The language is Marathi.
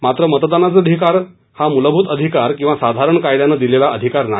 मात्र मतदानाचा अधिकार हा मुलभूत अधिकार किंवा साधारण कायद्यानं दिलेला अधिकार नाही